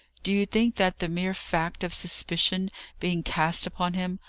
do you think that the mere fact of suspicion being cast upon him,